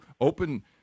open –